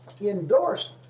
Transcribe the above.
endorsed